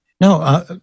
No